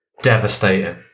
devastating